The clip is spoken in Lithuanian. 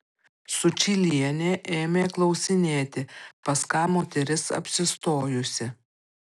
sučylienė ėmė klausinėti pas ką moteris apsistojusi